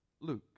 Luke